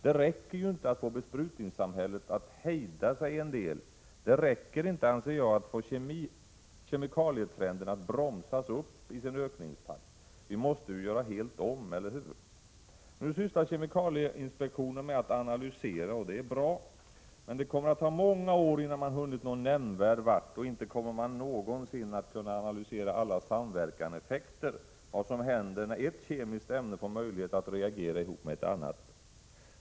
Det räcker inte att få besprutningssamhället att hejda sig en del. Det räcker inte, anser jag, att få kemikalietrenden att bromsas upp i sin ökningstakt. Vi måste nu göra helt om, eller hur? Nu sysslar kemikalieinspektionen med att analysera. Det är bra, men det kommer att ta många år innan man hunnit någon vart. Inte kommer man någonsin att kunna analysera alla samverkande effekter — vad som händer när ett kemiskt ämne får möjlighet att reagera ihop med ett annat.